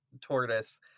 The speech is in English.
tortoise